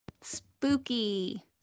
spooky